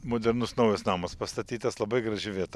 modernus naujas namas pastatytas labai graži vieta